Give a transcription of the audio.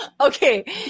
Okay